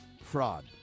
fraud